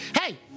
Hey